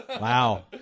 Wow